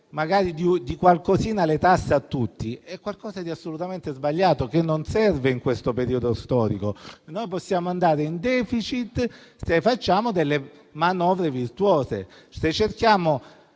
di poco le tasse a tutti è qualcosa di assolutamente sbagliato che non serve in questo periodo storico. Noi possiamo andare in *deficit* se facciamo delle manovre virtuose,